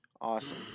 awesome